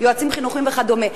יועצים חינוכיים וכדומה.